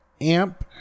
amp